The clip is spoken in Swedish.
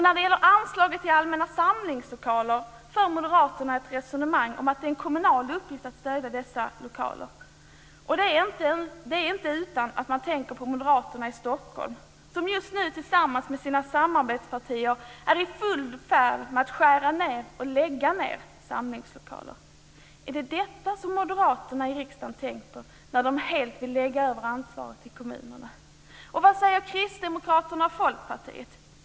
När det gäller anslaget till allmänna samlingslokaler för moderaterna ett resonemang om att det är en kommunal uppgift att stödja dessa lokaler. Det är inte utan att man tänker på moderaterna i Stockholm, som just nu tillsammans med sina samarbetspartier är i full färd med att skära ned och lägga ned samlingslokaler. Är det detta som moderaterna i riksdagen tänkt på när de helt vill lägga över ansvaret på kommunerna? Och vad säger Kristdemokraterna och Folkpartiet?